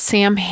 Sam